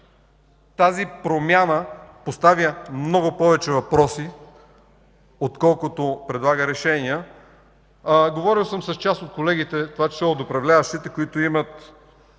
тази промяна поставя много повече въпроси, отколкото да предлага решения. Говорил съм с част от колегите, в това число и от управляващите, които имат